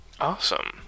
awesome